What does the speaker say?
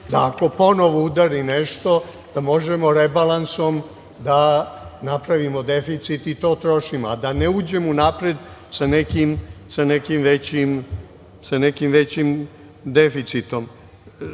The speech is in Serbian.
da ako ponovo udari nešto da možemo rebalansom da napravimo deficit i to trošimo, a da ne uđemo unapred sa nekim većim deficitom. Kod